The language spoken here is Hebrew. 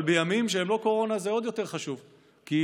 אבל בימים שהם לא קורונה זה עוד יותר חשוב, כי